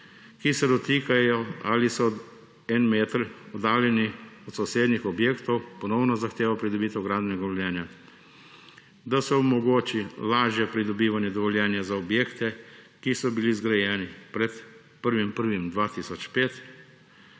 ki se dotikajo ali so en meter oddaljeni od sosednjih objektov, ponovno zahtevamo pridobitev gradbenega dovoljenja. Da se omogoči lažje pridobivanje dovoljenja za objekte, ki so bili zgrajeni pred 1. 1. 2005.